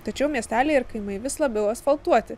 tačiau miesteliai ir kaimai vis labiau asfaltuoti